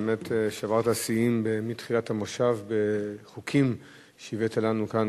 באמת שברת שיאים מתחילת המושב בחוקים שהבאת לנו כאן,